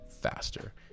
faster